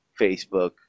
Facebook